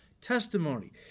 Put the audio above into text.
Testimony